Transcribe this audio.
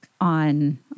On